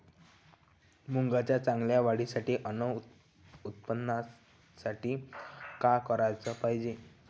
मुंगाच्या चांगल्या वाढीसाठी अस उत्पन्नासाठी का कराच पायजे?